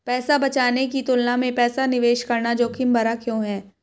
पैसा बचाने की तुलना में पैसा निवेश करना जोखिम भरा क्यों है?